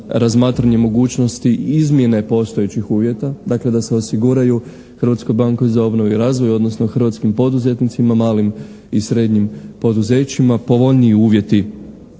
razmatranje mogućnosti i izmjene postojećih uvjeta. Dakle, da se osiguraju Hrvatskoj banci za obnovu i razvoj, odnosno hrvatskim poduzetnicima, malim i srednjim poduzećima povoljniji uvjeti